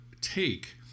take